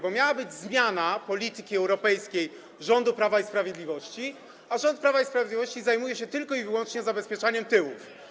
Bo miała być zmiana polityki europejskiej rządu Prawa i Sprawiedliwości, a rząd Prawa i Sprawiedliwości zajmuje się tylko i wyłącznie zabezpieczaniem tyłów.